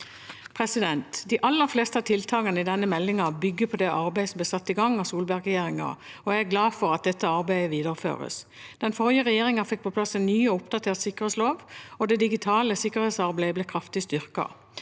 helhet. De aller fleste tiltakene i denne meldingen bygger på det arbeidet som ble satt i gang av Solberg-regjeringen, og jeg er glad for at dette arbeidet videreføres. Den forrige regjeringen fikk på plass en ny og oppdatert sikkerhetslov, og det digitale sikkerhetsarbeidet ble kraftig styrket.